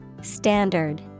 Standard